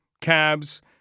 cabs